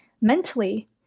mentally